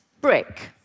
brick